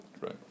Right